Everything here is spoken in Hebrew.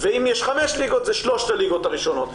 ואם יש חמש ליגות זה שלוש הליגות הראשונות.